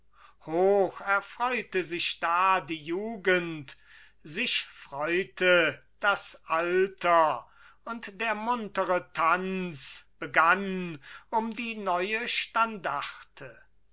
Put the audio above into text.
hoch erfreute sich da die jugend sich freute das alter und der muntere tanz begann um die neue